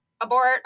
abort